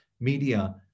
media